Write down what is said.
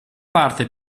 parte